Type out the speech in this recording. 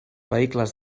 vehicles